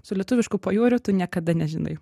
su lietuvišku pajūriu tu niekada nežinai